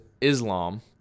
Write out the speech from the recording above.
Islam